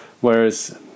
Whereas